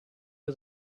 are